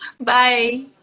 Bye